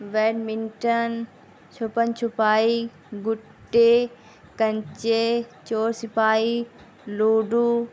bat منٹن چھپن چھپائی گٹے کنچے چور سپاہی لوڈو